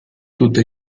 tutta